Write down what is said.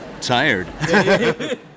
tired